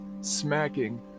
smacking